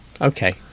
Okay